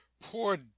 poor